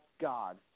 God